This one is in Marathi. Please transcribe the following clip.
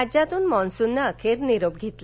देशातून मॉन्सूननं अखेर निरोप घेतला